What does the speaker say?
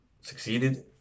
succeeded